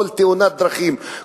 כל תאונת דרכים,